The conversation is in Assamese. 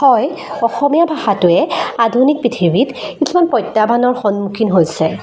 হয় অসমীয়া ভাষাটোৱে আধুনিক পৃথিৱীত কিছুমান প্ৰত্যাহ্বানৰ সন্মূখীন হৈছে